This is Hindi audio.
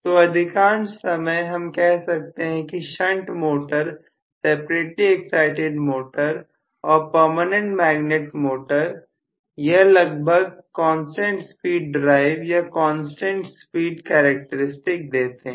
तो अधिकांश समय हम कह सकते हैं कि shunt motor separately excited motor और परमानेंट मैगनेट मोटर्स यह लगभग कांस्टेंट स्पीड ड्राइव या कांस्टेंट स्पीड करैक्टेरिस्टिक्स देते हैं